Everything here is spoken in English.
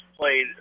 played